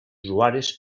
usuaris